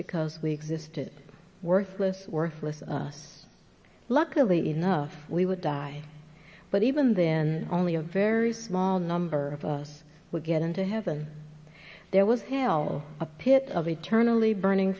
because we existed worthless worthless luckily enough we would die but even then only a very small number of us would get into heaven there was hail a pit of eternally burning